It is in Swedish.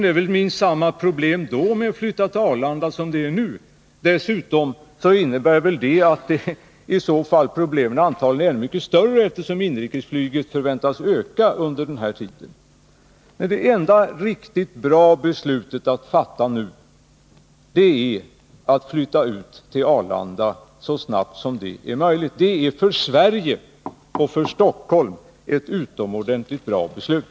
Det är väl samma problem med att flytta till Arlanda då som det är nu. Antagligen blir problemen då ännu mycket större, eftersom inrikesflyget förväntas öka under den här tiden. Nej, det enda riktigt bra beslutet att fatta nu är att flytta ut flyget till Arlanda så snabbt som möjligt. Det är för Sverige och för Stockholm ett utomordentligt viktigt beslut.